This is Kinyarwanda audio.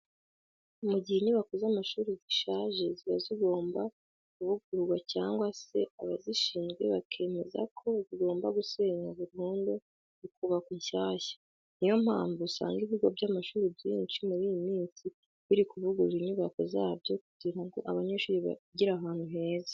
Mu gihe inyubako z'amashuri zishaje ziba zigomba kuvugururwa cyangwa se abazishinzwe bakemeza ko zigomba gusenwa burundu hakubakwa inshyashya. Niyo mpamvu usanga ibigo by'amashuri byinshi muri iyi minsi biri kuvugurura inyubako zabyo kugira ngo abanyeshuri bigire ahantu heza.